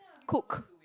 cook